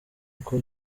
uko